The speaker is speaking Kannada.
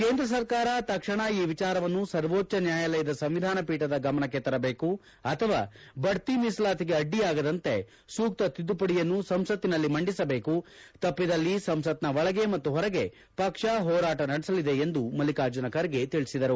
ಕೇಂದ್ರ ಸರ್ಕಾರ ತಕ್ಷಣ ಈ ವಿಚಾರವನ್ನು ಸರ್ವೋಚ್ಚ ನ್ಯಾಯಾಲಯದ ಸಂವಿಧಾನ ಪೀಠದ ಗಮನಕ್ಕೆ ತರಬೇಕು ಅಥವಾ ಬಡ್ಡಿ ಮೀಸಲಾತಿಗೆ ಅಡ್ಡಿಯಾಗದಂತೆ ಸೂಕ್ತ ತಿದ್ದುಪಡಿಯನ್ನು ಸಂಸತ್ನಲ್ಲಿ ಮಂಡಿಸಬೇಕು ತಪ್ಪಿದಲ್ಲಿ ಸಂಸತ್ನ ಒಳಗೆ ಮತ್ತು ಹೊರಗೆ ಪಕ್ಷ ಹೋರಾಟ ನಡೆಸಲಿದೆ ಎಂದು ಮಲ್ಲಿಕಾರ್ಜುನ ಖರ್ಗೆ ತಿಳಿಸಿದರು